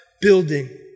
building